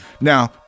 Now